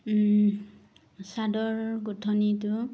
চাদৰ গোঁঠনিটো